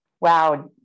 wow